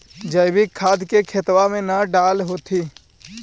जैवीक खाद के खेतबा मे न डाल होथिं?